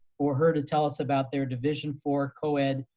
for her to tell us about their division four co ed,